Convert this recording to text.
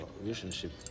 relationship